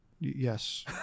Yes